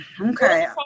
okay